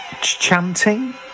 chanting